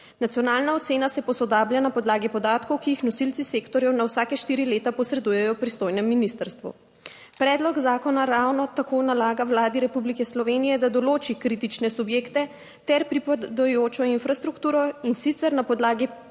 Nacionalna ocena se posodablja na podlagi podatkov, ki jih nosilci sektorjev na vsake štiri leta posredujejo pristojnem ministrstvu. Predlog zakona ravno tako nalaga Vladi Republike Slovenije, da določi kritične subjekte ter pripadajočo infrastrukturo, in sicer na podlagi predloženega